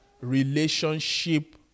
relationship